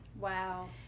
Wow